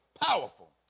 Powerful